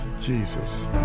jesus